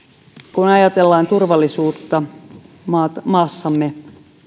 kun ajatellaan turvallisuutta maassamme